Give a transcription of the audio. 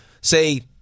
say